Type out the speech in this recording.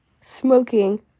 smoking